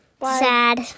Sad